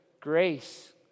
grace